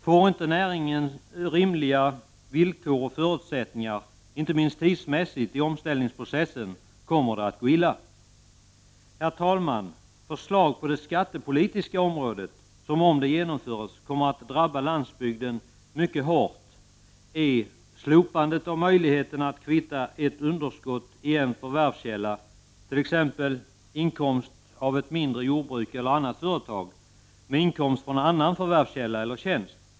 Får inte näringens utövare rimliga förutsättningar, inte minst tidsmässigt i omställningsprocessen, kommer det att gå illa. Herr talman! Ett förslag på det skattepolitiska området som, om det genomförs, kommer att drabba landsbygden mycket hårt gäller slopande av möjligheten att kvitta ett underskott i en förvärvskälla, t.ex. inkomst från ett mindre jordbruk eller annat företag, med inkomst från annan förvärskälla eller tjänst.